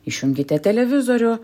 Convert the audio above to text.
išjunkite televizorių